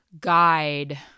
guide